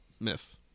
myth